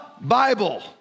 Bible